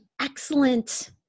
excellent